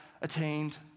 attained